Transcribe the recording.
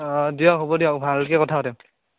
অ' দিয়ক হ'ব দিয়ক ভালকৈ কথা পাতিম